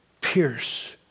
pierce